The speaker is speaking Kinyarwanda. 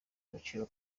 agaciro